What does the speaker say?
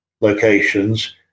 locations